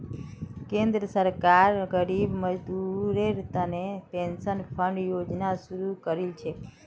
केंद्र सरकार गरीब मजदूरेर तने पेंशन फण्ड योजना शुरू करील छेक